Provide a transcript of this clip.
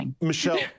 Michelle